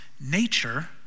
nature